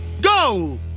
Go